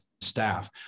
staff